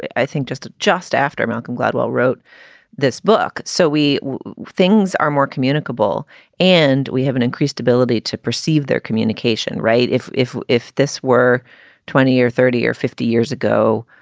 i think just just after malcolm gladwell wrote this book. so we things are more communicable and we have an increased ability to perceive their communication. right. if if if this were twenty or thirty or fifty years ago,